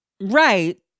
Right